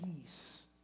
peace